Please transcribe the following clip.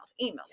emails